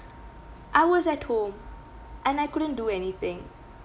I was at home and I couldn't do anything